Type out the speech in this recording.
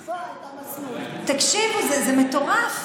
תקשיבו, זה מטורף.